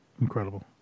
Incredible